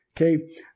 Okay